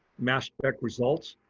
mass spec results.